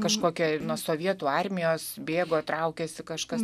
kažkokia nuo sovietų armijos bėgo traukėsi kažkas